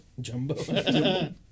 Jumbo